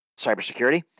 cybersecurity